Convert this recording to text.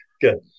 Good